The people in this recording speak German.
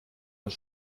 das